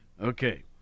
Okay